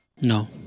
No